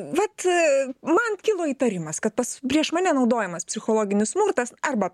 vat man kilo įtarimas kad pas prieš mane naudojamas psichologinis smurtas arba